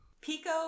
Pico